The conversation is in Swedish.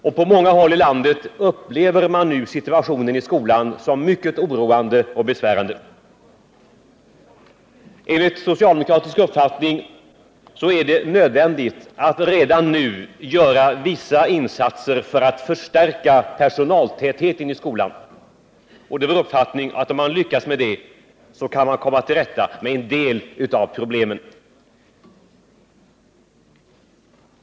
Och på många håll i landet upplever man nu situationen i skolan som mycket oroande och besvärande. Enligt socialdemokratisk uppfattning är det nödvändigt att redan nu göra vissa insatser för att förstärka personaltätheten i skolan. Och det är vår uppfattning att om man lyckas med det kan man komma till rätta med en del av problemen.